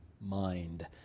mind